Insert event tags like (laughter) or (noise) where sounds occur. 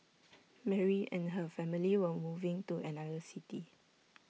(noise) Mary and her family were moving to another city